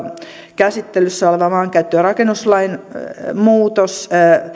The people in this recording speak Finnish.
käsittelyssä oleva maankäyttö ja rakennuslain muutos